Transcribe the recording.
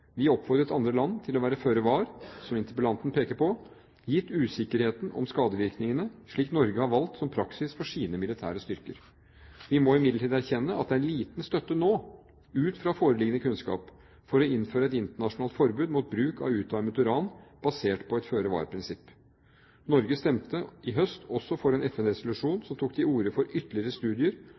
Vi oppfordret andre land til å være føre var – som interpellanten peker på, gitt usikkerheten om skadevirkningene – slik Norge har valgt som praksis for sine militære styrker. Vi må imidlertid erkjenne at det er liten støtte nå ut fra foreliggende kunnskap for å innføre et internasjonalt forbud mot bruk av utarmet uran basert på et føre-var-prinsipp. Norge stemte i høst også for en FN-resolusjon som tok til orde for ytterligere studier